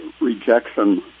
rejection